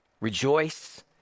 Rejoice